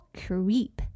creep